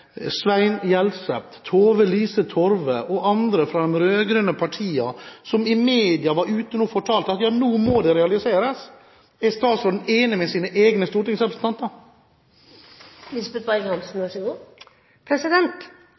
Svein Gjelseth, Tove-Lise Torve og andre fra de rød-grønne partiene, som var ute i media og fortalte at nå må tunnelen realiseres? Er statsråden enig med sine egne